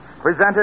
presented